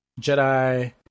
Jedi